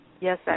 Yes